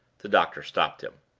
the doctor stopped him.